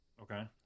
Okay